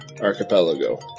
archipelago